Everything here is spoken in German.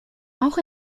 auch